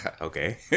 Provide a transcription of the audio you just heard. Okay